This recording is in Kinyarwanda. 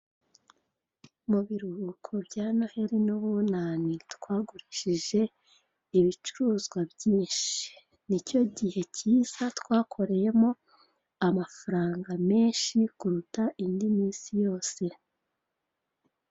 Mu biruhuko bya noheri n'ubunani twagurishije ibicuruzwa byinshi, nicyo gihe kiza twakoreyemo amafaranga menshi kuruta indi minsi yose.